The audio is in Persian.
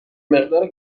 مقدار